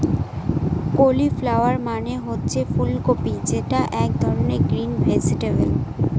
cauliflower মানে হচ্ছে ফুল কপি যেটা এক ধরনের গ্রিন ভেজিটেবল